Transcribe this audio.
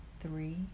three